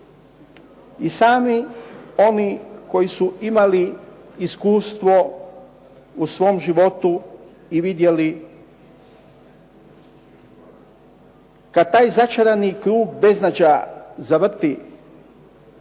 I sami oni koji su imali iskustvo u svom životu i vidjeli kad taj začarani krug beznađa zavrti